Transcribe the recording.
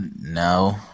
No